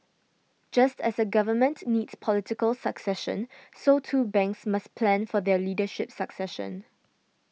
just as a Government needs political succession so too banks must plan for their leadership succession